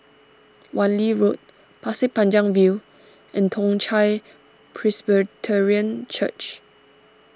Wan Lee Road Pasir Panjang View and Toong Chai Presbyterian Church